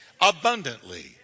abundantly